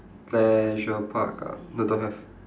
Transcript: leisure park ah no don't have